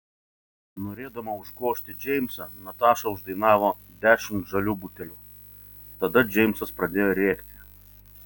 norėdama užgožti džeimsą nataša uždainavo dešimt žalių butelių tada džeimsas pradėjo rėkti